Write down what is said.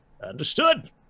Understood